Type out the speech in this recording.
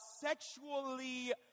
sexually